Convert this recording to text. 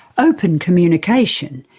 open communication,